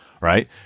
Right